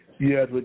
Yes